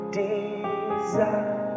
desire